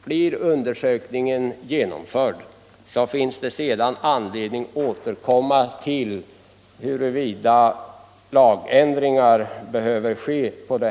Blir undersökningen genomförd, så finns det sedan anledning återkomma till spörsmålet huruvida en lagändring behöver företas.